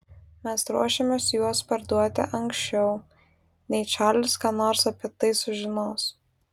mes ruošiamės juos parduoti anksčiau nei čarlis ką nors apie tai sužinos